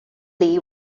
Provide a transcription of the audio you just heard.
lee